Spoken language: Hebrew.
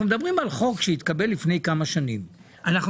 אנחנו מדברים על חוק שהתקבל לפני כמה שנים; אנחנו